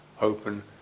open